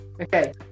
okay